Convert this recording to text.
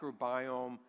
microbiome